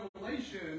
Revelation